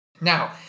Now